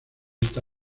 esta